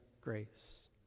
grace